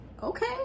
okay